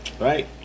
Right